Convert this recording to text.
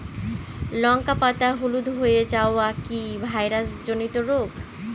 লঙ্কা পাতা হলুদ হয়ে যাওয়া কি ভাইরাস জনিত রোগ?